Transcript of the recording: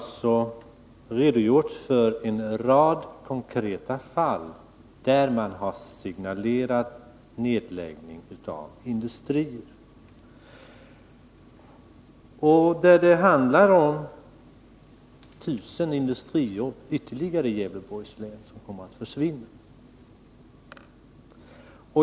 Jag har redogjort för en rad konkreta fall där man har signalerat nedläggningar av industrier. Det är ytterligare 1000 industrijobb i Gävleborgs län som kommer att försvinna.